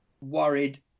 worried